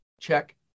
Check